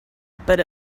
but